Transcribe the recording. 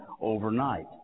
overnight